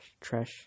trash